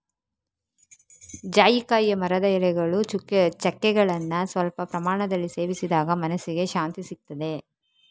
ಜಾಯಿಕಾಯಿಯ ಮರದ ಎಲೆಗಳು, ಚಕ್ಕೆಗಳನ್ನ ಸ್ವಲ್ಪ ಪ್ರಮಾಣದಲ್ಲಿ ಸೇವಿಸಿದಾಗ ಮನಸ್ಸಿಗೆ ಶಾಂತಿಸಿಗ್ತದೆ